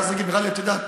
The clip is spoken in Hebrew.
את יודעת,